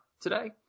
today